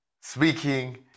speaking